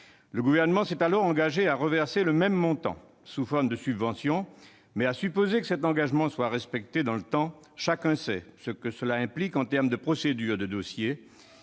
Le Gouvernement s'était alors engagé à reverser le même montant sous forme de subventions. Toutefois, à supposer que cet engagement soit respecté dans le temps, chacun sait ce que cela implique en termes de procédures et de